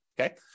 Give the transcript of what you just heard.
okay